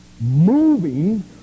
moving